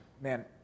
man